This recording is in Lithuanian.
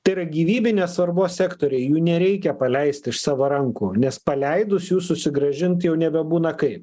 tai yra gyvybinės svarbos sektoriai jų nereikia paleisti iš savo rankų nes paleidus jų susigrąžinti jau nebebūna kaip